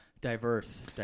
Diverse